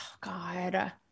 God